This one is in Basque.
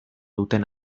duten